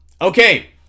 Okay